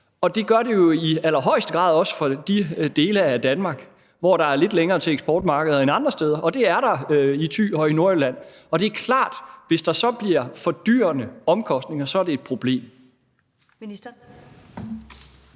Og det gør det jo i allerhøjeste grad også for de dele af Danmark, hvor der er lidt længere til eksportmarkeder end andre steder, og det er der i Thy og i Nordjylland, og det er klart, at det, hvis der så bliver fordyrende omkostninger, så er et problem.